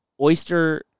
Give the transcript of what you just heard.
oyster